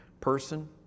person